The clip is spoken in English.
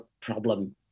problem